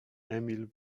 emil